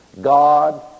God